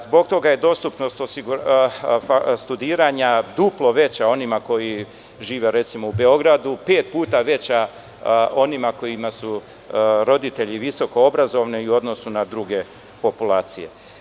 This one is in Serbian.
Zbog toga je dostupnost studiranja duplo veća onima koji žive u Beogradu, pet puta veća onima kojima su roditelji visoko obrazovani u odnosu na druge populacije.